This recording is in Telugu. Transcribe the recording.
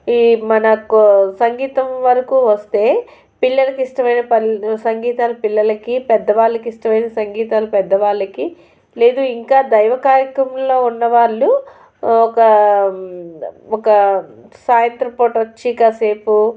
ఈ మనకు సంగీతం వరకు వస్తే పిల్లలకు ఇష్టమైన పన సంగీతాలు పిల్లలకి పెద్దవాళ్ళకు ఇష్టమైన సంగీతాలు పెద్దవాళ్ళకి లేదు ఇంకా దైవ కార్యక్రమంలో ఉన్నవాళ్ళు ఒక ఒక సాయంత్రం పూట వచ్చి కాసేపు